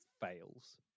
fails